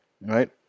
Right